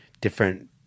different